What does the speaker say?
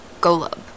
Golub